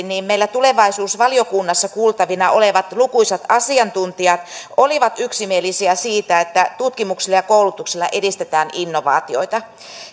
niin meillä tulevaisuusvaliokunnassa kuultavina olleet lukuisat asiantuntijat olivat yksimielisiä siitä että tutkimuksella ja koulutuksella edistetään innovaatioita